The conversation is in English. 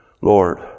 Lord